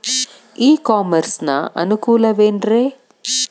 E commerce ನ ಅನುಕೂಲವೇನ್ರೇ?